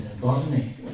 botany